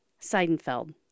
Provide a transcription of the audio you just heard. Seidenfeld